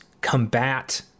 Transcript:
combat